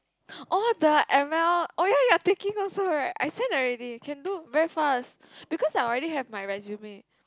oh the m_l oh ya you're taking also right I send already can do very fast because I already have my resume